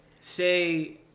say